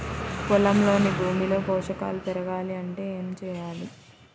పొలంలోని భూమిలో పోషకాలు పెరగాలి అంటే ఏం చేయాలి?